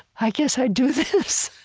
i guess i do this.